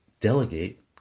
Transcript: Delegate